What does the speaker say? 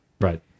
Right